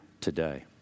today